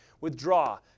withdraw